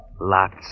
Lots